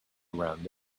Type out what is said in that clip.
around